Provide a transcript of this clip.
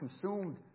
consumed